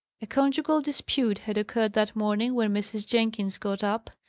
a conjugal dispute had occurred that morning when mrs. jenkins got up.